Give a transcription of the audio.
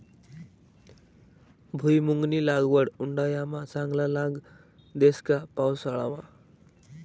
भुईमुंगनी लागवड उंडायामा चांगला लाग देस का पावसाळामा